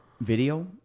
video